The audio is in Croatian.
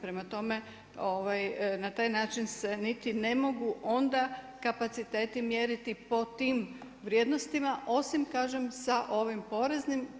Prema tome, na taj način se niti ne mogu onda kapaciteti mjeriti po tim vrijednostima osim kažem sa ovim poreznim.